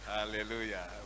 Hallelujah